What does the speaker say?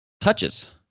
touches